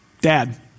Dad